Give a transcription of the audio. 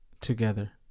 Together